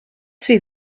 see